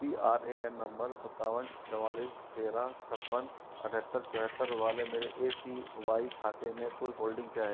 P R A N number सत्तावन चौवालीस तेरह छप्पन अठतर चौहत्तर वाले मेरे ए पी वाई खाते में कुल होल्डिंग क्या है